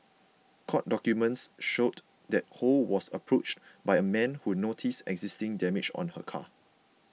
court documents showed that Ho was approached by a man who noticed existing damage on her car